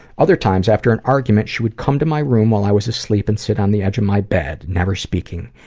other times after an argument, she would come to my room while i was asleep and sit on the edge of my bed, never speaking.